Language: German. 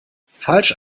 falsch